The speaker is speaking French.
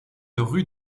rue